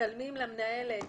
מצלמים למנהל את